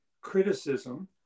criticism